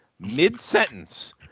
mid-sentence